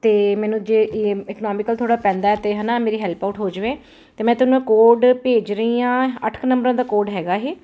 ਅਤੇ ਮੈਨੂੰ ਜੇ ਇਕਨੋਮਿਕਲ ਥੋੜ੍ਹਾ ਪੈਂਦਾ ਅਤੇ ਹੈ ਨਾ ਮੇਰੀ ਹੈਲਪ ਆਊਟ ਹੋ ਜਾਵੇ ਅਤੇ ਮੈਂ ਤੁਹਾਨੂੰ ਕੋਡ ਭੇਜ ਰਹੀ ਹਾਂ ਅੱਠ ਨੰਬਰਾਂ ਦਾ ਕੋਡ ਹੈਗਾ ਇਹ ਅਤੇ ਇਹਦੇ